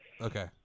Okay